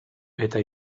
eta